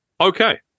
Okay